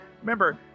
Remember